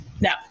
Now